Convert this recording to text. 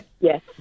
Yes